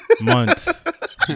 Months